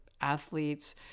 athletes